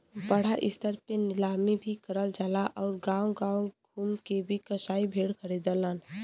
बड़ा स्तर पे नीलामी भी करल जाला आउर गांव गांव घूम के भी कसाई भेड़ खरीदलन